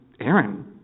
Aaron